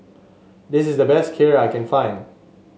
this is the best Kheer I can find